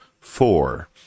four